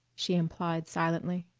she implied silently.